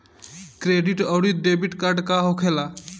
Credit आउरी debit card का होखेला?